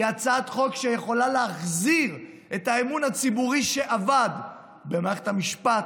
היא הצעת חוק שיכולה להחזיר את האמון הציבורי במערכת המשפט,